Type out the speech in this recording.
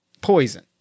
poison